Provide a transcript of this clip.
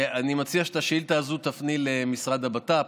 אני מציע שאת השאילתה הזאת תפני למשרד הבט"פ.